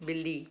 बिल्ली